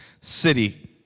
city